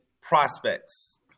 prospects